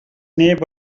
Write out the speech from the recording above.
neb